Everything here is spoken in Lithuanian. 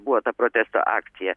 buvo ta protesto akcija